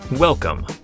Welcome